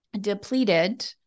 depleted